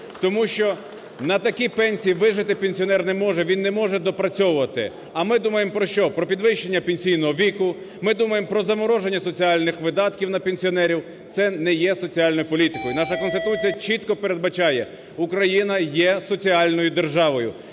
тому що на такі пенсії вижити пенсіонер не може, він не може доопрацьовувати. А ми думає, про що? Про підвищення пенсійного віку, ми думаємо про замороження соціальних видатків на пенсіонерів. Це не є соціальною політикою. Наша Конституція чітко передбачає, Україна є соціальною державою,